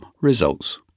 results